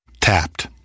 Tapped